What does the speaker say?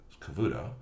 Cavuto